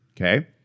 Okay